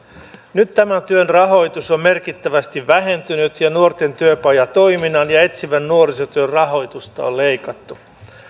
nyt tämän työn rahoitus on merkittävästi vähentynyt ja nuorten työpajatoiminnan ja etsivän nuorisotyön rahoitusta on leikattu